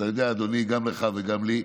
אתה יודע, אדוני, גם לך וגם לי,